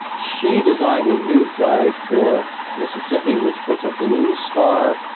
she designed a new flag for mississippi, which puts a blue star,